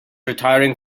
retiring